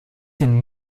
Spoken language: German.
den